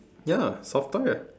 ya soft toy ah